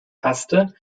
haste